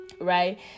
right